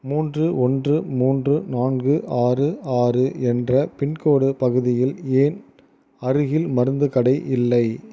மூன்று ஒன்று மூன்று நான்கு ஆறு ஆறு என்ற பின்கோடு பகுதியில் ஏன் அருகில் மருந்து கடை இல்லை